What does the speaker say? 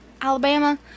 Alabama